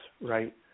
right